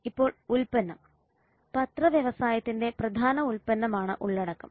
ഇപ്പോൾ ഉൽപ്പന്നം പത്ര വ്യവസായത്തിന്റെ പ്രധാന ഉൽപ്പന്നമാണ് ഉള്ളടക്കം